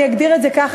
אני אגדיר את זה ככה,